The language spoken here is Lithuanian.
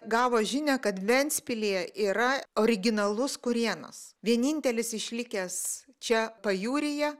gavo žinią kad ventspilyje yra originalus kurėnas vienintelis išlikęs čia pajūryje